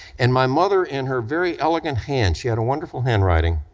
and my mother, in her very elegant hand, she had wonderful handwriting,